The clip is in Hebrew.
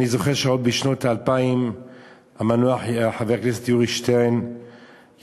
אני זוכר שעוד בשנות האלפיים חבר הכנסת יורי שטרן המנוח,